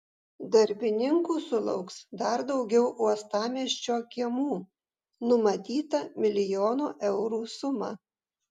darbininkų sulauks dar daugiau uostamiesčio kiemų numatyta milijono eurų suma